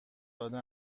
داده